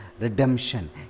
Redemption